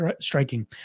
striking